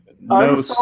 no